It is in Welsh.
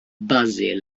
basil